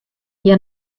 hja